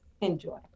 enjoy